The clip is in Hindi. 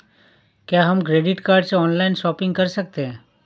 क्या हम क्रेडिट कार्ड से ऑनलाइन शॉपिंग कर सकते हैं?